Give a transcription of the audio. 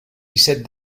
disset